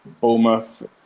Bournemouth